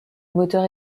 moteur